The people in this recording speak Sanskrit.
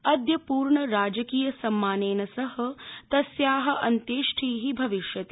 अद्य पूर्ण राजकीय सम्मानेन सह तस्या अन्त्येष्टि भविष्यति